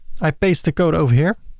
i paste the code over here